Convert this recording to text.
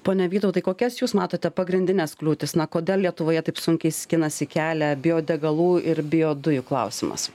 pone vytautai kokias jūs matote pagrindines kliūtis na kodėl lietuvoje taip sunkiai skinasi kelią biodegalų ir biodujų klausimas